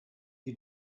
you